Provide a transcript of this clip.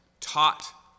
taught